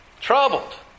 Troubled